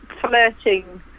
flirting